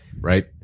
Right